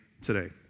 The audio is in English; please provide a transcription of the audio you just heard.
today